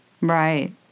Right